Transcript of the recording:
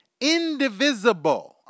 Indivisible